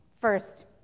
first